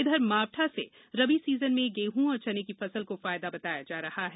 इधर मावठ से रबी सीजन में गेहूं और चने की फसल को फायदा बताया जा रहा है